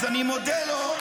אז אני מודה לו,